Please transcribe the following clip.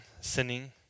sinning